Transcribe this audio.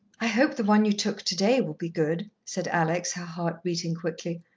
i hope the one you took today will be good, said alex, her heart beating quickly.